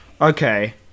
Okay